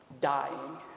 dying